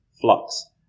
flux